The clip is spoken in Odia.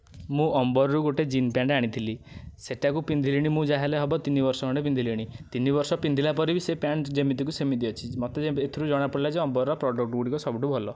ମୁଁ ଅମ୍ବର୍ରୁ ଗୋଟେ ଜିନ୍ସ୍ ପ୍ୟାଣ୍ଟ୍ ଆଣିଥିଲି ସେଇଟାକୁ ପିନ୍ଧିଲିଣି ମୁଁ ଯାହାହେଲେ ହେବ ତିନି ବର୍ଷ ଖଣ୍ଡେ ହେବ ପିନ୍ଧିଲିଣି ତିନି ବର୍ଷ ପିନ୍ଧିଲା ପରେ ବି ସେ ପ୍ୟାଣ୍ଟ୍ ଯେମିତିକୁ ସେମିତି ଅଛି ମୋତେ ଏଥିରୁ ଜଣାପଡ଼ିଲା ଯେ ଅମ୍ବର୍ର ପ୍ରଡକ୍ଟ୍ଗୁଡ଼ିକ ସବୁଠୁ ଭଲ